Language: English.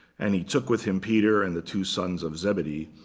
and he took with him peter and the two sons of zebedee,